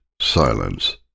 silence